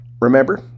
remember